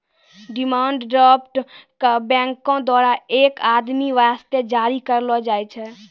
demand draft क बैंको द्वारा एक आदमी वास्ते जारी करलो जाय छै